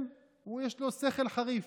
יש לו שכל חריף,